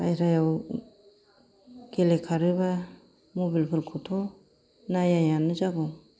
बाइह्रायाव गेलेखारोबा मबेलफोरखौथ' नायायानो जागौ